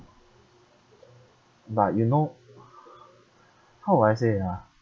but you know how do I say it ah